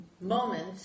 moment